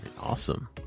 Awesome